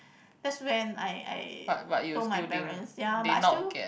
that's when I I told my parents ya but I still